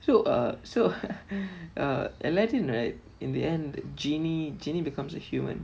so uh so uh aladdin right in the end genie genie becomes a human